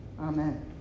Amen